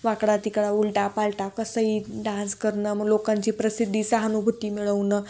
वाकडा तिकडा उलटा पाल्टा कसंही डान्स करणं मग लोकांची प्रसिद्धी सहानुभूती मिळवणं